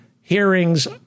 hearings